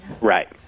Right